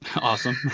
awesome